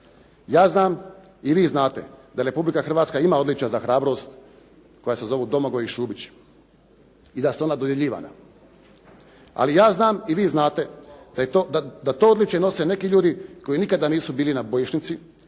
Ja znam i vi znate da Republika Hrvatska ima odličja za hrabrost koja se zovu "Domagoj" i "Šubić" i da su ona dodjeljivana. Ali ja znam i vi znate da to odličje nose neki ljudi koji nikada nisu bili na bojišnici,